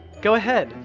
go ahead!